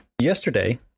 Yesterday